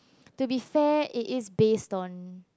to be fair it is based on